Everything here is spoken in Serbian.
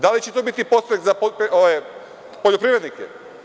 Da li će to biti podstrek za poljoprivrednike?